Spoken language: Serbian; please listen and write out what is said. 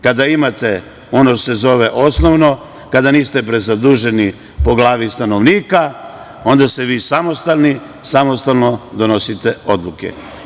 Kada imate ono što se zove osnovno, kad niste prezaduženi po glavi stanovnika, onda ste vi samostalni, samostalno donosite odluke.